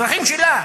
באזרחים שלה,